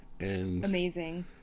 Amazing